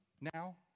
now